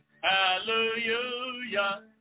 Hallelujah